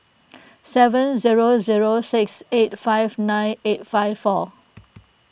seven zero zero six eight five nine eight five four